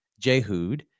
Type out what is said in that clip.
Jehud